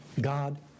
God